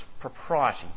propriety